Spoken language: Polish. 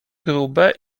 grube